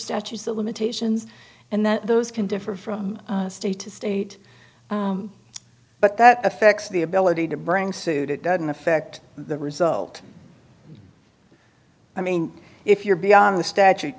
statutes of limitations and then those can differ from state to state but that affects the ability to bring suit it doesn't affect the result i mean if you're beyond the statute